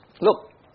Look